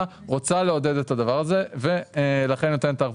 רוצה לעודד את הדבר הזה ולכן נותנת ערבות.